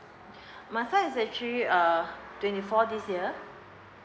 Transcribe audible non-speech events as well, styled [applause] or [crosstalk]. [breath] my son is actually uh twenty four this year